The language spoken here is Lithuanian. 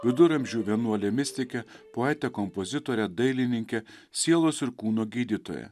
viduramžių vienuolę mistikę poetę kompozitorę dailininkę sielos ir kūno gydytoją